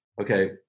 Okay